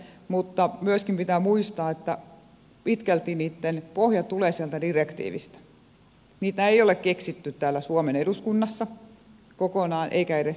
mutta myöskin pitää muistaa että niitten pohja tulee pitkälti sieltä direktiivistä niitä ei kokonaan ole keksitty täällä suomen eduskunnassa eikä edes ympäristöministeriössä